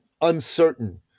uncertain